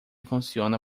funciona